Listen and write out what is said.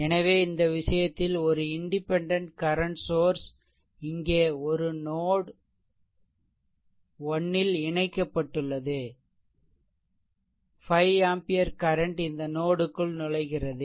எனவே இந்த விஷயத்தில் ஒரு இண்டிபெண்டென்ட் கரண்ட் சோர்ஸ் இங்கே நோட் 1 இல் இணைக்கப்பட்டுள்ளது 5 ஆம்பியர் கரண்ட் இந்த நோட்க்குள் நுழைகிறது